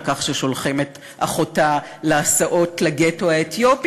על כך ששולחים את אחותה להסעות לגטו האתיופי